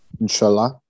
Inshallah